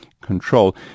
control